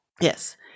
Yes